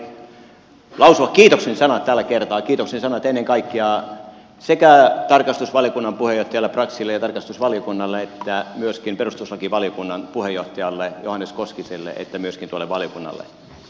haluan lausua kiitoksen sanat tällä kertaa ennen kaikkea sekä tarkastusvaliokunnan puheenjohtajalle braxille ja tarkastusvaliokunnalle että perustuslakivaliokunnan puheenjohtajalle johannes koskiselle ja myöskin tuolle valiokunnalle